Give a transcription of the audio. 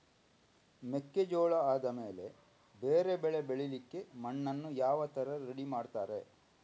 ಮೆಕ್ಕೆಜೋಳ ಆದಮೇಲೆ ಬೇರೆ ಬೆಳೆ ಬೆಳಿಲಿಕ್ಕೆ ಮಣ್ಣನ್ನು ಯಾವ ತರ ರೆಡಿ ಮಾಡ್ತಾರೆ?